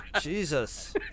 Jesus